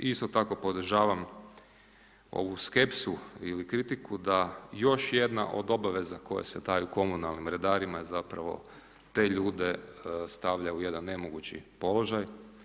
I isto tako podržavam ovu skepsu ili kritiku da još jedna od obaveza koja se daje komunalnim redarima zapravo te ljude stavlja u jedan nemogući položaj.